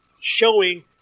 showing